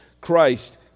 Christ